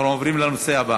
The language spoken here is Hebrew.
אנחנו עוברים לנושא הבא: